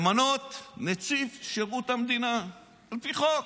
למנות נציב שירות מדינה על פי חוק.